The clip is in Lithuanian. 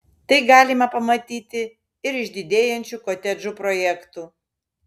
tai galima pamatyti ir iš didėjančių kotedžų projektų